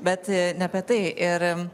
bet ne apie tai ir